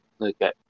Okay